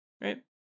right